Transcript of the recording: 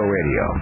Radio